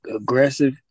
aggressive